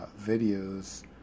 videos